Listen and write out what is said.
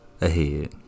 ahead